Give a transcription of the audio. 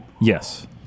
Yes